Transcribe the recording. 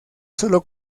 solo